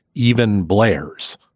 even blair's.